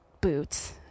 boots